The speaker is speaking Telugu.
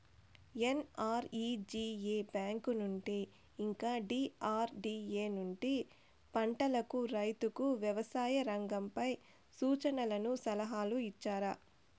ఎన్.ఆర్.ఇ.జి.ఎ బ్యాంకు నుండి ఇంకా డి.ఆర్.డి.ఎ నుండి పంటలకు రైతుకు వ్యవసాయ రంగంపై సూచనలను సలహాలు ఇచ్చారా